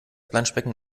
planschbecken